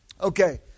Okay